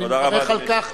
ואני מברך על כך